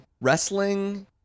Wrestling